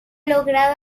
logrado